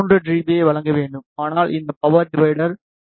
பியை வழங்க வேண்டும் ஆனால் இந்த பவர் டிவைடர் எஃப்